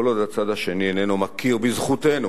כל עוד הצד השני איננו מכיר בזכותנו